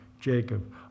Jacob